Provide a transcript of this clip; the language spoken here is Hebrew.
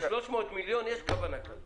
ב-300 מיליון יש כוונה כזו.